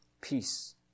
peace